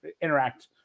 interact